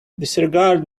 disregard